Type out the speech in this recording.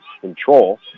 control